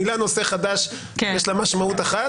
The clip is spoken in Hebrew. המילה נושא חדש, יש לה משמעות אחת.